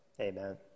amen